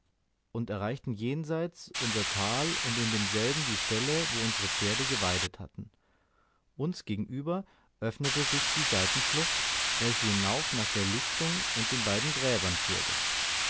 und erreichten jenseits unser tal und in demselben die stelle wo unsere pferde geweidet hatten uns gegenüber öffnete sich die seitenschlucht welche hinauf nach der lichtung und den beiden gräbern führte